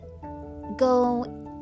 go